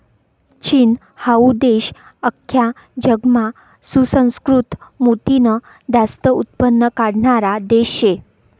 चीन हाऊ देश आख्खा जगमा सुसंस्कृत मोतीनं जास्त उत्पन्न काढणारा देश शे